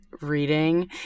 reading